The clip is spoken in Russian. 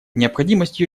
необходимость